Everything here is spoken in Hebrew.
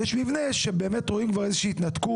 ויש מבנים שבהם כבר רואים את הסדקים,